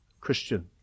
Christian